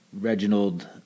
Reginald